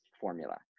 formula